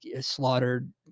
slaughtered